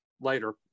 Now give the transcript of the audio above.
later